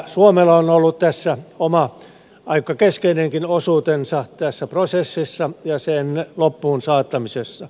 suomella on ollut oma aika keskeinenkin osuutensa tässä prosessissa ja sen loppuun saattamisessa